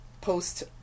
post